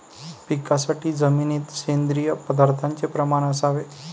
पिकासाठी जमिनीत सेंद्रिय पदार्थाचे प्रमाण असावे